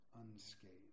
unscathed